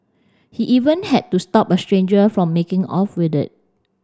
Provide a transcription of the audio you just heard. he even had to stop a stranger from making off with it